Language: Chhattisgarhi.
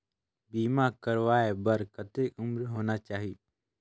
बीमा करवाय बार कतेक उम्र होना चाही?